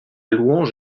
louange